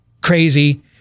crazy